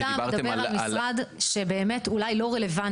כשדיברתם על --- אתה מדבר על משרד שאולי באמת הוא לא רלוונטי.